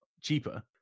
cheaper